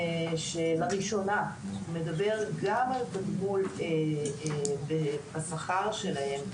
שלראשונה מדבר גם על תגמול בשכר שלהן,